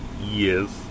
Yes